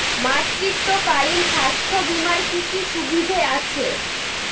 মাতৃত্বকালীন স্বাস্থ্য বীমার কি কি সুবিধে আছে?